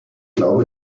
glaube